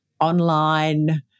online